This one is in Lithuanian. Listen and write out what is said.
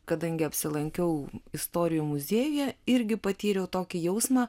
kadangi apsilankiau istorijų muziejuje irgi patyriau tokį jausmą